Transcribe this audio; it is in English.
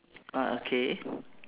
ah okay